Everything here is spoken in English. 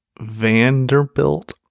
Vanderbilt